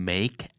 Make